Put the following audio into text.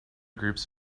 groups